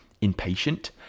impatient